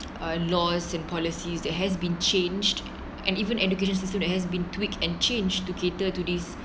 uh laws and policies that has been changed and even education system that has been tweaked and changed to cater to this